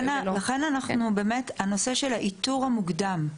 לכן אנחנו באמת, הנושא של האיתור המוקדם,